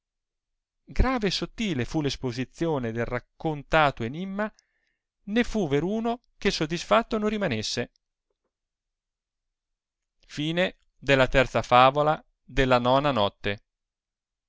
grave e sottile fu l'esposizione del raccontato enimma né fu veruno che soddisfatto non rimanesse vicenza che